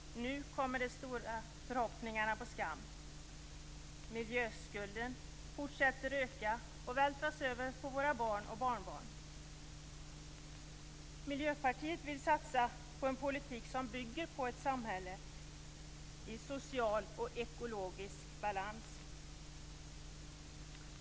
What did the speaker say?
Nu kommer de stora förhoppningarna på skam. Miljöskulden fortsätter att öka och vältras över på våra barn och barnbarn. Vi i Miljöpartiet vill satsa på en politik som bygger på ett samhälle i social och ekologisk balans.